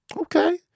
okay